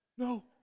no